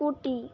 scooty